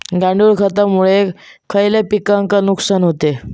गांडूळ खतामुळे खयल्या पिकांचे नुकसान होते?